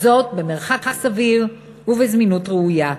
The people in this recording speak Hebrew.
במרחק סביר ובזמינות ראויה.